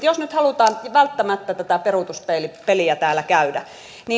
jos nyt halutaan välttämättä tätä peruutuspeilipeliä täällä käydä